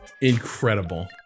Incredible